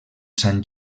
sant